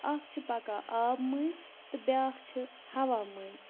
اَکھ چھِ پَکان آبہٕ مٔنٛزۍ تہٕ بیٛاکھ چھِ ہَوا مٔنٛزۍ